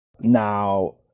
now